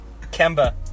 Kemba